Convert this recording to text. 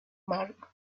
mark